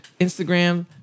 instagram